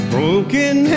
Broken